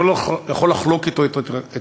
אני יכול לחלוק אתו את ההתרגשות,